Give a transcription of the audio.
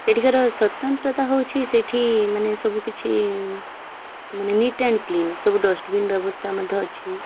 ସେଇଠିକାର ସ୍ୱତନ୍ତ୍ରତା ହେଉଛି ସେଇଠି ମାନେ ସବୁ କିିଛି ମାନେ ନୀଟ୍ ଆଣ୍ଡ୍ କ୍ଲିନ୍ ସବୁ ଡଷ୍ଟ୍ବିନ୍ ବ୍ୟବସ୍ଥା ମଧ୍ୟ ଅଛି